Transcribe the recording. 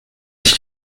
sich